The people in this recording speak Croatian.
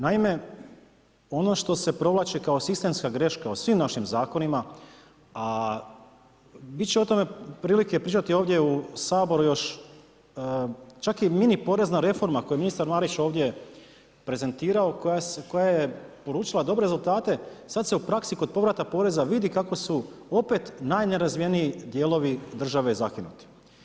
Naime, ono što se provlači kao sistemska greška u svim našim zakonima, a biti će o tome prilike pričati ovdje u Saboru još, čak i mini porezna reforma koju je ministar Marić ovdje prezentirao, koja je polučila dobre rezultate, sad se u praksi kod povrata poreza vidi kako su opet najnerazvijeniji dijelovi države zakinuti.